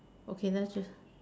okay let's just